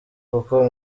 kuko